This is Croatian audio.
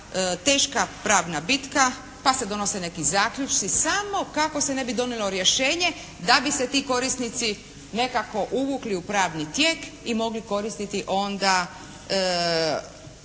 teška pravna bitka pa se donose neki zaključci samo kako se ne bi donijelo rješenje da bi se ti korisnici nekako uvukli u pravni tijek i mogli koristiti onda